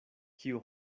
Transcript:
kiu